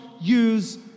use